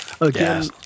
again